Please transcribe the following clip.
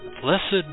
Blessed